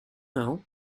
know